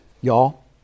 Y'all